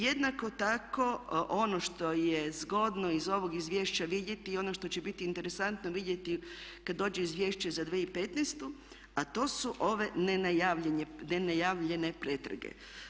Jednako tako ono što je zgodno iz ovog izvješća vidjeti i ono što će biti interesantno vidjeti kad dođe izvješće za 2015.a to su ove nenajavljene pretrage.